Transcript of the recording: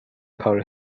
paul